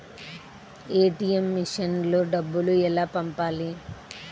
ATM మెషిన్లో డబ్బులు ఎలా పంపాలి?